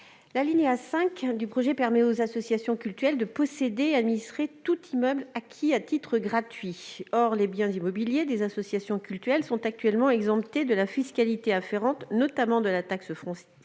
alinéa 5, permet aux associations cultuelles de posséder et d'administrer des immeubles acquis à titre gratuit. Or les biens immobiliers des associations cultuelles sont aujourd'hui exemptés de la fiscalité afférente, notamment de la taxe foncière,